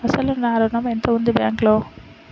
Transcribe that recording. అసలు నా ఋణం ఎంతవుంది బ్యాంక్లో?